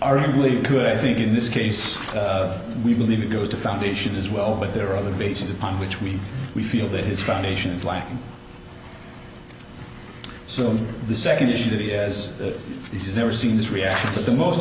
aren't really good i think in this case we believe it goes to foundations as well but there are other bases upon which we we feel that his foundation is lacking so the second issue to be as he's never seen this reaction to the most